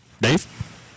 Dave